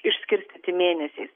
išskirstyti mėnesiais